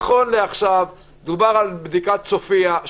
נכון לעכשיו מדובר על בדיקת צופייה.